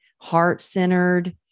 heart-centered